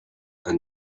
are